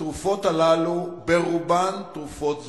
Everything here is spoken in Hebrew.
התרופות הללו ברובן תרופות זולות.